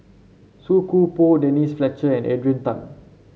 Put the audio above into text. Song Koon Poh Denise Fletcher and Adrian Tan